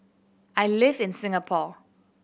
I live in Singapore